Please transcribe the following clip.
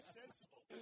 sensible